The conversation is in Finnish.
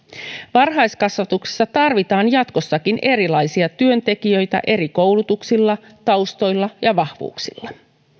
varhaiskasvatuksessa tarvitaan jatkossakin erilaisia työntekijöitä eri koulutuksilla taustoilla ja vahvuuksilla